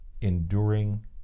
enduring